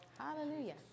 hallelujah